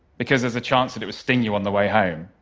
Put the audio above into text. because there's a chance that it would sting you on the way home,